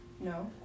No